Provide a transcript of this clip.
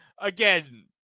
Again